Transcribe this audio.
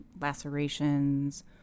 lacerations